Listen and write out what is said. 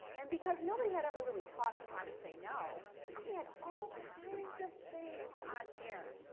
and because nobody had ever really taught me how to say no i had all kinds of things on here,